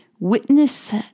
Witness